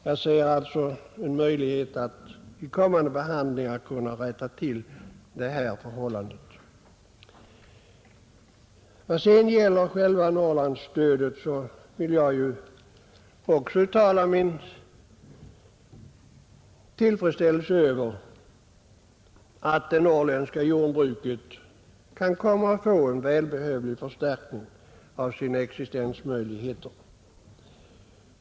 Jag ser alltså en möjlighet att vid kommande behandlingar kunna rätta till det här förhållandet. Vad sedan beträffar själva Norrlandsstödet vill också jag uttala min tillfredsställelse över att det norrländska jordbruket kan få en välbehövlig förstärkning av sina existensmöjligheter.